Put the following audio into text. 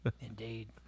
Indeed